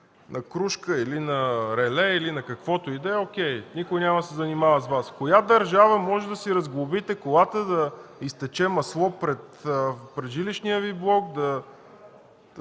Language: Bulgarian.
на крушка или на реле, или на каквото и да е, о’кей, никой няма да се занимава с Вас. Обаче в коя държава можете да си разглобите колата, да изтече масло пред жилищния Ви блок, да